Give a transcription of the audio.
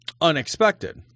unexpected